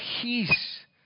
Peace